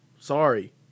Sorry